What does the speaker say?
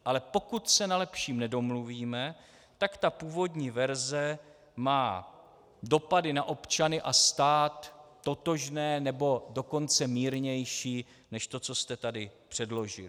Ale pokud se na lepším nedomluvíme, tak ta původní verze má dopady na občany a stát totožné, nebo dokonce mírnější než to, co jste tady předložili.